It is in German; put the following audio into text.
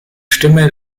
stimme